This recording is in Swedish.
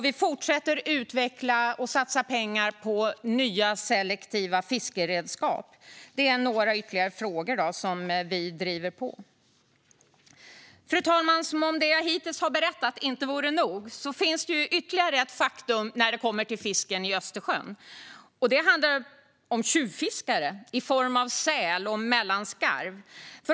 Vi satsar pengar på fortsatt utveckling av nya selektiva fiskeredskap. Detta är några av de frågor som Moderaterna driver. Fru talman! Som om det jag hittills har berättat inte vore nog finns ytterligare ett problematiskt faktum för fisken i Östersjön. Det handlar om tjuvfiskare i form av säl och mellanskarv.